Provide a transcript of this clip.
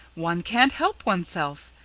one can't help oneself.